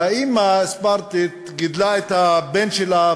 והאימא הספרטנית גידלה את הבן שלה,